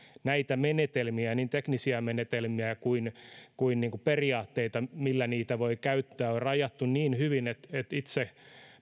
näitä menetelmiä niin teknisiä menetelmiä kuin kuin periaatteita millä niitä voi käyttää on rajattu niin hyvin että itse